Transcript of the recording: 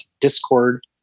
Discord